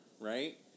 right